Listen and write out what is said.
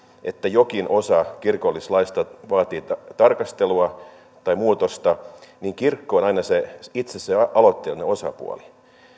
että jokin osa kirkollislaista vaatii tarkastelua tai muutosta niin kirkko on aina itse se aloitteellinen osapuoli